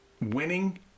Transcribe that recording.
winning